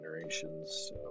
generations